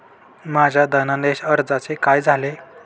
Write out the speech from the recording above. माझ्या धनादेश अर्जाचे काय झाले?